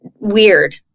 weird